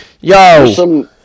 Yo